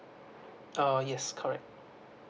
oh yes correct